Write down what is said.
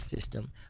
system